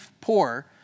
poor